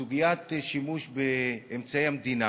בסוגיית שימוש באמצעי המדינה.